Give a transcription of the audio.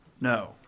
No